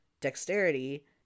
Dexterity